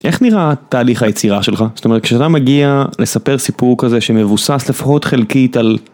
איך נראה תהליך היצירה שלך? זאת אומרת, כשאתה מגיע לספר סיפור כזה שמבוסס לפחות חלקית על